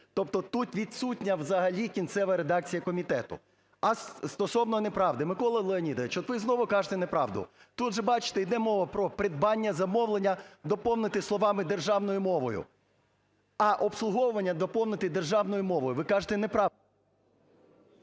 Тобто тут відсутня взагалі кінцева редакція комітету. А стосовно неправди. Миколо Леонідовичу, от ви знову кажете неправду. Тут же бачте, йде мова про "придбання, замовлення" доповнити словами "державною мовою", а "обслуговування" доповнити "державною мовою". Ви кажете...